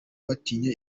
batinya